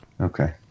okay